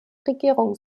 regierung